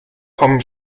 vom